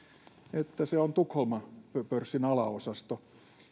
että se on tukholman pörssin alaosasto